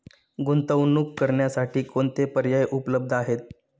गुंतवणूक करण्यासाठी कोणते पर्याय उपलब्ध आहेत?